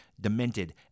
Demented